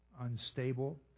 unstable